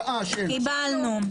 קיבלנו.